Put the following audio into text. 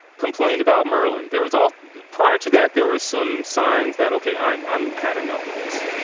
complained about merlin. there was all prior to that there were some signs that, ok, i'm i'm had enough of this,